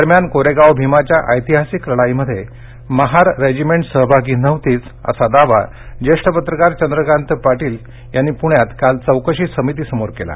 दरम्यान कोरेगाव भिमाच्या ऐतिहासिक लढाईमध्ये महार रेजिमेंट नव्हतीच असा दावा ज्येष्ठ पत्रकार चंद्रकांत पाटील यांनी पृण्यात काल चौकशी समितीसमोर केला